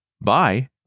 Bye